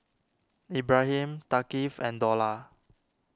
Ibrahim Thaqif and Dollah